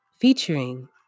featuring